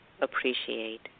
appreciate